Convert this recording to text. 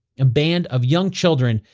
and band of young children,